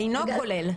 אינו כולל.